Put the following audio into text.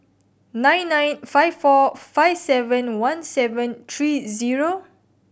nine nine five four five seven one seven three zero